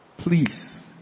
Please